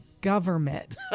government